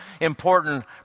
important